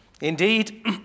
Indeed